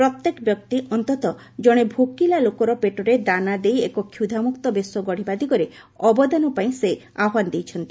ପ୍ରତ୍ୟେକ ବ୍ୟକ୍ତି ଅନ୍ତତଃ ଜଣେ ଭୋକିଲା ଲୋକର ପେଟରେ ଦାନା ଦେଇ ଏକ କ୍ଷୁଧାମୁକ୍ତ ବିଶ୍ୱ ଗଢ଼ିବା ଦିଗରେ ଅବଦାନପାଇଁ ସେ ଆହ୍ୱାନ କରିଛନ୍ତି